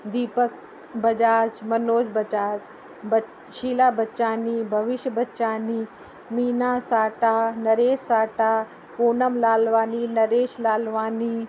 दीपक बजाज मनोज बजाज ब शीला बचानी भविष्य बचानी मीना सहाटा नरेश सहाटा पूनम लालवानी नरेश लालवानी